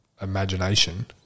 imagination